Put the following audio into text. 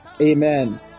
Amen